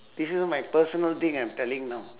this one my personal thing I'm telling now